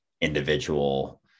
individual